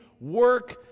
work